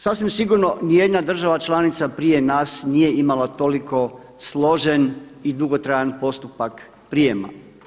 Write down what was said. Sasvim sigurno ni jedna država članica prije nas nije imala toliko složen i dugotrajan postupak prijema.